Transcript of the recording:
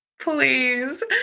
please